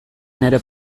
nire